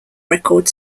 record